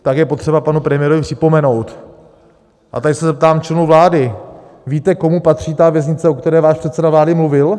Tak je potřeba panu premiérovi připomenout, a tady se zeptám členů vlády: Víte, komu patří ta věznice, o které váš předseda vlády mluvil?